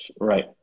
Right